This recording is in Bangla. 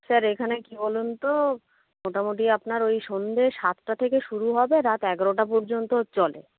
স্যার এখানে কি বলুন তো মোটামোটি আপনার ওই সন্ধে সাতটা থেকে শুরু হবে রাত এগারোটা পর্যন্ত চলে